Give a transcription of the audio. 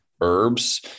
herbs